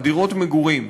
על דירות מגורים.